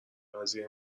قضیه